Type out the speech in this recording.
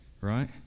right